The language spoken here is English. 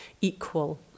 equal